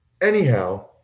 anyhow